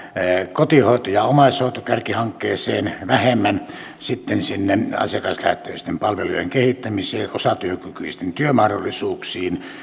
kotihoito ja omaishoitokärkihankkeeseen vähemmän sitten sinne asiakaslähtöisten palvelujen kehittämiseen osatyökykyisten työmahdollisuuksiin